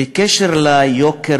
בקשר ליוקר,